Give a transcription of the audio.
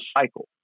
cycle